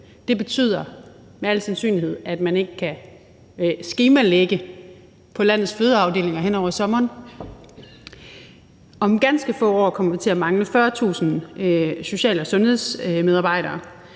det betyder med al sandsynlighed, at man ikke kan skemalægge på landets fødeafdelinger hen over sommeren. Om ganske få år kommer vi til at mangle 40.000 social- og sundhedsmedarbejdere